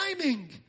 timing